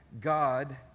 God